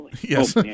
Yes